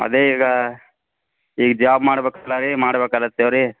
ಅದೇ ಈಗ ಈಗ ಜಾಬ್ ಮಾಡ್ಬೇಕಲ್ಲಾರೀ ಮಾಡಬೇಕಾಗತ್ತೇವ್ರಿ